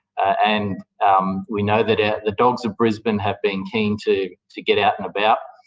and um we know that ah the dogs of brisbane have been keen to to get out and about.